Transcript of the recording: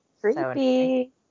Creepy